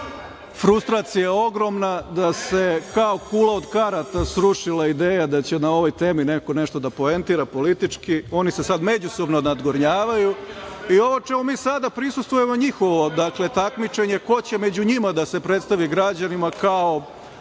frustracija ogromna, da se kao kula od karata srušila ideja da će na ovoj temi neko nešto da poentira politički. Oni se sada međusobno nadgornjavaju i ovo čemu mi sada prisustvujemo to je njihovo takmičenje ko će među njima da se predstavi građanima kao